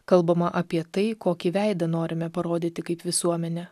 kalbama apie tai kokį veidą norime parodyti kaip visuomenę